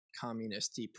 communist